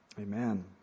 Amen